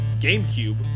GameCube